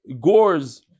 gores